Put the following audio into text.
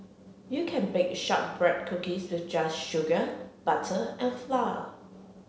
you can bake shortbread cookies with just sugar butter and flour